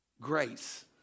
grace